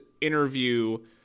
interview